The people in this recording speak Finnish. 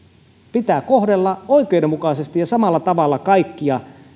pitää kohdella oikeudenmukaisesti ja samalla tavalla kaikkia